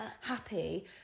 happy